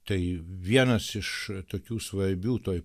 tai vienas iš tokių svarbių toj